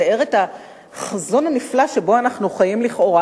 והוא מתאר את המצב הנפלא שבו אנחנו חיים לכאורה,